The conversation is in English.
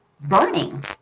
burning